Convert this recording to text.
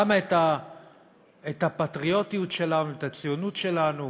למה את הפטריוטיות שלנו ואת הציונות שלנו